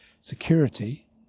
Security